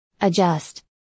Adjust